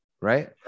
Right